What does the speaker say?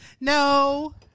No